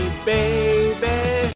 Baby